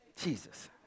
Jesus